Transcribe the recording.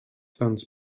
ddant